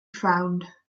frowned